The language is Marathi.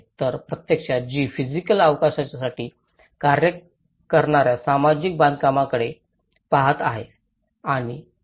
तर प्रत्यक्षात जी फिजिकल अवकाशासाठी कार्य करणार्या सामाजिक बांधकामाकडे पाहत आहे